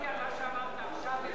אמרתי על מה שאמרת עכשיו,